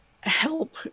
help